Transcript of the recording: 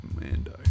Mando